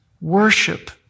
worship